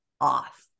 off